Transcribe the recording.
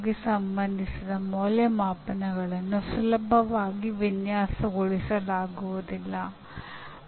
ಅಂದರೆ ಅವನು ಸರ್ಕ್ಯೂಟ್ ವಿನ್ಯಾಸಗೊಳಿಸಲು ಶಕ್ತನಾಗಿರಬೇಕು